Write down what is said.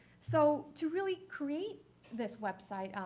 so to really create this web site,